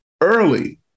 early